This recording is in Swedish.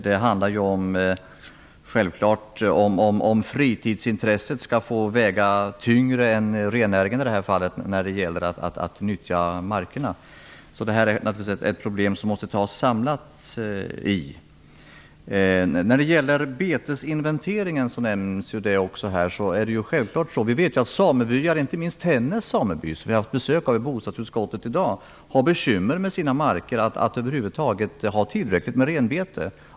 Det handlar självfallet om fritidsintresset i det här fallet skall få väga tyngre än rennäringen när det gäller att nyttja markerna. Det här är naturligtvis ett problem som kräver ett samlat grepp. När det gäller betesinventeringen, som också nämns här, har självfallet samebyar - inte minst Tännäs sameby, och vi har i dag haft besök i bostadsutskottet av representanter från denna sameby - bekymmer med sina marker och med att över huvud taget ha tillräckligt med renbete.